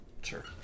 Sure